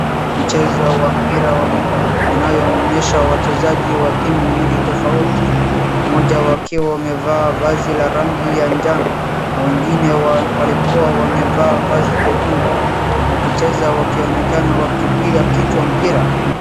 Mchezo wa mpira wa miguu inaonyesha wachezaji watimu mbili tofauti. Mmoja wakiwa amevaaa vazi la rangi ya jano na wengine walikua wamevaa vazi jekundu wakicheza wakionekana wakipiga kichwa mpira.